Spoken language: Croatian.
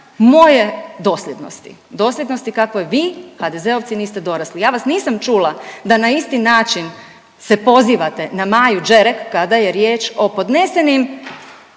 moje dosljednosti. Dosljednosti kakvoj vi HDZ-ovci niste dorasli. Ja vas nisam čula da na isti način se pozivate na Maju Đerek kada je riječ o podnesenim